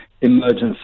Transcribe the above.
emergency